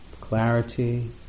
clarity